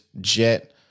jet